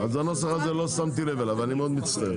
אז הנוסח הזה, לא שמתי לב אליו, אני מאוד מצטער.